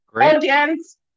audience